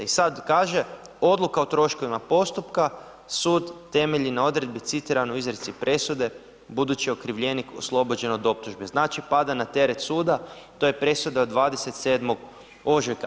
I sad kaže, odluka o troškovima postupka sud temelji na odredbi citiran u izreci presude budući okrivljenik oslobođen od optužbe, znači, pada na teret suda, to je presuda 27. ožujka.